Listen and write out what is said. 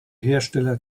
hersteller